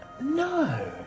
No